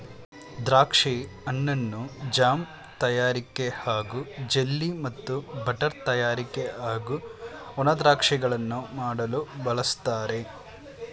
ದ್ರಾಕ್ಷಿ ಹಣ್ಣನ್ನು ಜಾಮ್ ತಯಾರಿಕೆ ಹಾಗೂ ಜೆಲ್ಲಿ ಮತ್ತು ಬಟರ್ ತಯಾರಿಕೆ ಹಾಗೂ ಒಣ ದ್ರಾಕ್ಷಿಗಳನ್ನು ಮಾಡಲು ಬಳಸ್ತಾರೆ